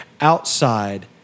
outside